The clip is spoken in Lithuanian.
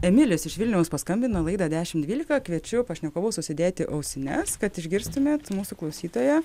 emilis iš vilniaus paskambino į laidą dešim dvylika kviečiu pašnekovus užsidėti ausines kad išgirstumėt mūsų klausytoją